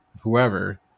whoever